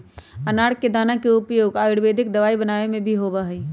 अनार के दाना के उपयोग आयुर्वेदिक दवाई बनावे में भी होबा हई